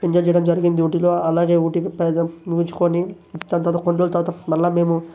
enjoy చేయడం జరిగింది ఊటీలో అలాగే ఊటీలో ముగించుకుని దాని తర్వాత కొన్నిరోజుల తరవాత మళ్ళీ మేము